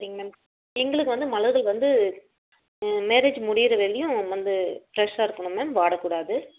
சரிங்க மேம் எங்களுக்கு வந்து மலர்கள் வந்து மேரேஜ் முடிகிற வரையும் வந்து ஃப்ரெஷ்ஷாக இருக்கணும் மேம் வாடக்கூடாது